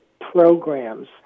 programs